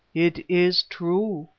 it is true,